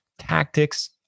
tactics